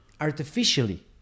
artificially